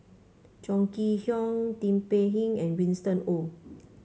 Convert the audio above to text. Chong Kee Hiong Tin Pei Ling and Winston Oh